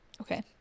Okay